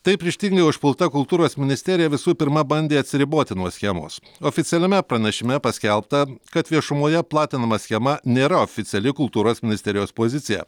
taip ryžtingai užpulta kultūros ministerija visų pirma bandė atsiriboti nuo schemos oficialiame pranešime paskelbta kad viešumoje platinama schema nėra oficiali kultūros ministerijos pozicija